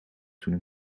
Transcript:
toen